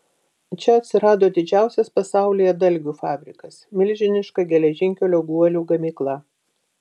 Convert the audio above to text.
čia atsirado didžiausias pasaulyje dalgių fabrikas milžiniška geležinkelio guolių gamykla